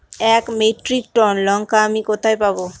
এক metric ton লঙ্কা আমি কোথায় পাবো?